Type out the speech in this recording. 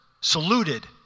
saluted